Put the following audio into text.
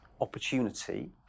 opportunity